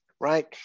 Right